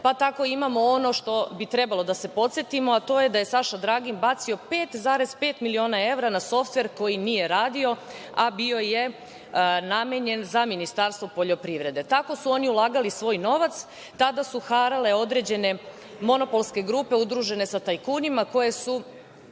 pa tako imamo ono što bi trebalo da se podsetimo, a to je da je Saša Dragin bacio 5,5 miliona evra na softver koji nije radio, a bio je namenjen za Ministarstvo poljoprivrede. Tako su oni ulagali svoj novac. Tada su harale određene monopolske grupe udružene sa tajkunima, koje su